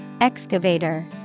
Excavator